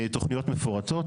תוכניות מפורטות.